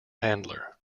handler